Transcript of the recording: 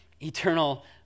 eternal